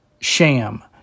sham